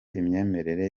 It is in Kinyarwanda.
imyemerere